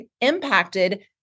impacted